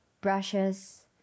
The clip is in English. brushes